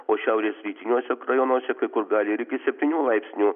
o šiaurės rytiniuose rajonuose kai kur gali ir iki septynių laipsnių